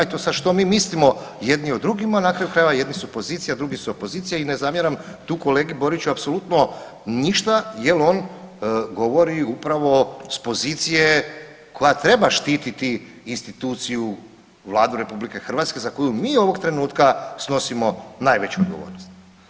Eto sad što mi mislimo jedni o drugima na kraju krajeva jedni su pozicija, drugi su opozicija i ne zamjeram tu kolegi Boriću apsolutno ništa jer on govori upravo s pozicije koja treba štititi instituciju Vladu RH za koju mi ovog trenutka snosimo najveću odgovornost.